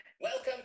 welcome